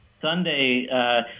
Sunday